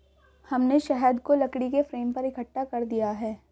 हमने शहद को लकड़ी के फ्रेम पर इकट्ठा कर दिया है